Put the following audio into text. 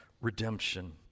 redemption